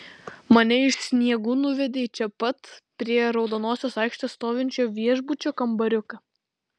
mane iš sniegų nuvedė į čia pat prie raudonosios aikštės stovinčio viešbučio kambariuką